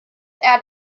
add